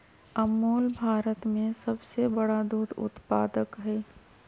अमूल भारत में सबसे बड़ा दूध उत्पादक हई